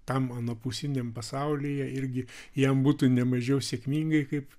tam anapusiniam pasaulyje irgi jam būtų ne mažiau sėkmingai kaip